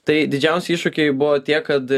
tai didžiausi iššūkiai buvo tie kad